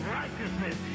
righteousness